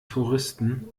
touristen